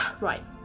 Right